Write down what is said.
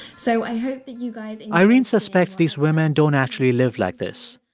so i hope that you guys. irene suspects these women don't actually live like this,